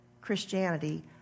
Christianity